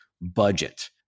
budget